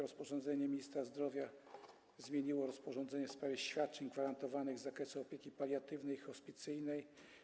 Rozporządzenie ministra zdrowia zmieniło rozporządzenie w sprawie świadczeń gwarantowanych z zakresu opieki paliatywnej i hospicyjnej.